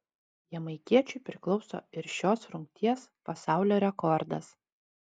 jamaikiečiui priklauso ir šios rungties pasaulio rekordas